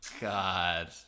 god